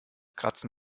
kratzen